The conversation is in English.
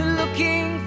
looking